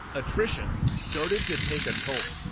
attrition started to take a toll.